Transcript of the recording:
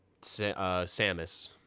Samus